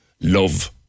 love